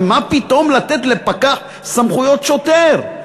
מה פתאום לתת לפקח סמכויות שוטר?